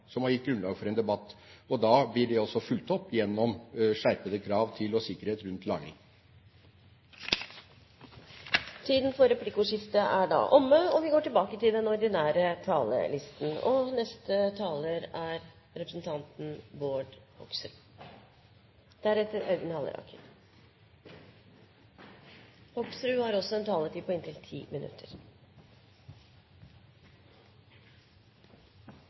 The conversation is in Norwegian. som har gitt grunnlag for debatt. Det blir også fulgt opp, gjennom skjerpede krav til og sikkerhet rundt lagring. Replikkordskiftet er omme. Jeg synes det er trist at man har en